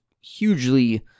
hugely